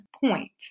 point